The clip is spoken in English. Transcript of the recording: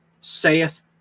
saith